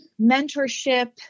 mentorship